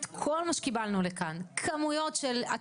כל מה שקיבלנו לכאן כמויות של מכתבים,